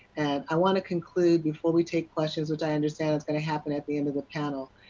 i want to conclude before we take questions which i understand is going to happen at the end of the panel,